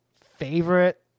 Favorite